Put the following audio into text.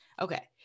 Okay